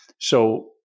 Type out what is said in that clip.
So-